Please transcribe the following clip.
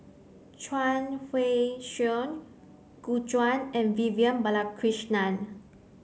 Chuang Hui Tsuan Gu Juan and Vivian Balakrishnan